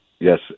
Yes